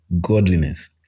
godliness